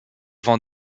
van